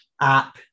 app